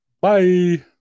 Bye